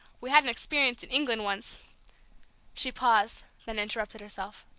we had an experience in england once she paused, then interrupted herself.